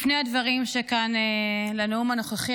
לפני הדברים שכאן בנאום הנוכחי,